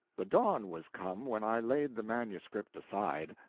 the dawn was come when i laid the manuscript aside.